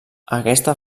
aquesta